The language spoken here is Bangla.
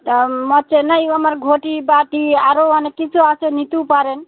তা চেনাই আমার ঘটি বাটি আরও অনেক কিছু আছে নিতেও পারেন